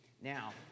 Now